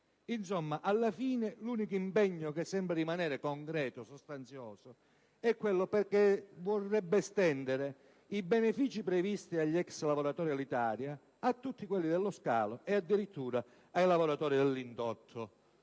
Alla fine, l'unico impegno che sembra rimanere concreto e sostanzioso è quello che vorrebbe estendere i benefici previsti per gli ex lavoratori Alitalia a tutti quelli dello scalo, e addirittura ai lavoratori dell'indotto.